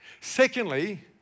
Secondly